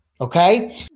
Okay